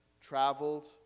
traveled